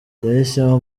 yahisemo